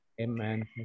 Amen